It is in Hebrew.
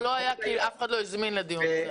או לא היה, כי אף אחד לא הזמין לדיון הזה.